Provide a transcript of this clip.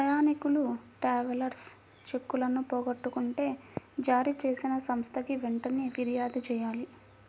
ప్రయాణీకులు ట్రావెలర్స్ చెక్కులను పోగొట్టుకుంటే జారీచేసిన సంస్థకి వెంటనే పిర్యాదు చెయ్యాలి